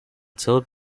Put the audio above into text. toad